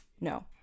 no